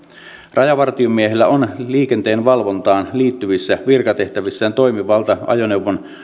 rajavartiomiehellä on liikenteen valvontaan liittyvissä virkatehtävissään toimivalta ajoneuvon